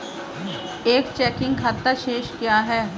एक चेकिंग खाता शेष क्या है?